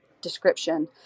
description